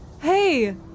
Hey